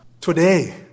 today